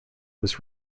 was